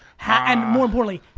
and more importantly,